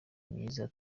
myiza